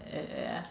ya ya